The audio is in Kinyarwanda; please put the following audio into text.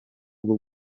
bwo